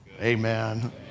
Amen